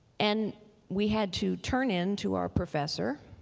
and we had to turn into our professor